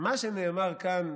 מה שנאמר כאן,